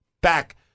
back